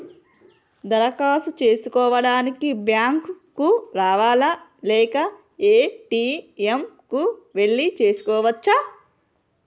దరఖాస్తు చేసుకోవడానికి బ్యాంక్ కు రావాలా లేక ఏ.టి.ఎమ్ కు వెళ్లి చేసుకోవచ్చా?